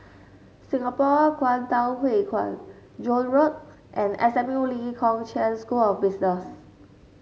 Singapore Kwangtung Hui Kuan Joan Road and S M U Lee Kong Chian School of Business